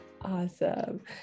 Awesome